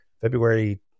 february